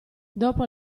dopo